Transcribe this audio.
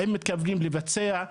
האם מתכוונים לבצע?